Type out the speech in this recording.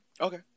Okay